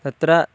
तत्र